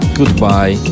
Goodbye